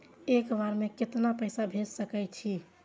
एक बार में केतना पैसा भेज सके छी?